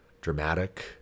dramatic